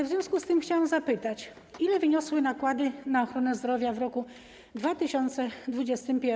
W związku z tym chciałam zapytać, ile wyniosły nakłady na ochronę zdrowia w roku 2021.